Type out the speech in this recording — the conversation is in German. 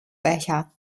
becher